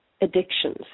addictions